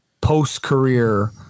post-career